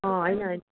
अँ होइन होइन